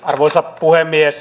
arvoisa puhemies